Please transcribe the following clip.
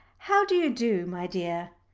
how do you do, my dear?